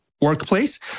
workplace